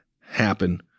happen